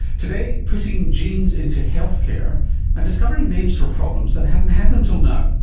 today, putting genes into healthcare and discovering names for problems that haven't had them till now.